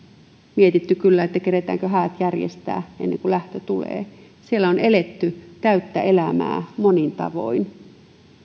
mietitty kyllä että keretäänkö häät järjestämään ennen kuin lähtö tulee siellä on eletty täyttä elämää monin tavoin